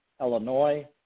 Illinois